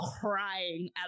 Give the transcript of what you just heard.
crying